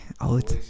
out